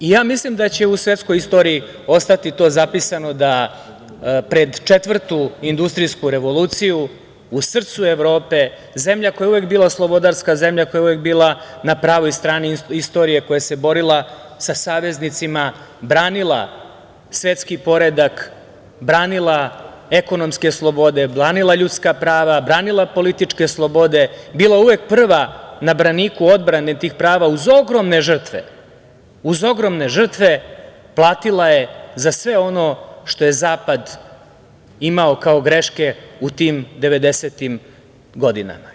I ja mislim da će u svetskoj istoriji ostati to zapisano da pred četvrtu industrijsku revoluciju, u srcu Evrope, zemlja koja je uvek bila slobodarska zemlja, koja je uvek bila na pravoj strani istorije, koja se borila sa saveznicima, branila svetski poredak, branila ekonomske slobode, branila ljudska prava, branila političke slobode, bila uvek prva na braniku odbrane tih prava, uz ogromne žrtve, uz ogromne žrtve platila je za sve ono što je zapad imao kao greške u tim 90-im godinama.